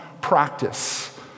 practice